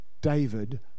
David